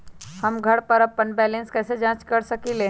हम घर पर अपन बैलेंस कैसे जाँच कर सकेली?